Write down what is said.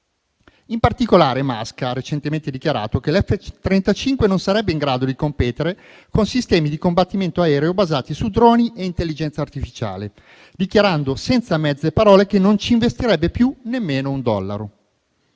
In particolare, Musk ha recentemente dichiarato che l'F-35 non sarebbe in grado di competere con sistemi di combattimento aereo basati su droni e intelligenza artificiale, dichiarando senza mezzi termini che non ci investirebbe più nemmeno un dollaro.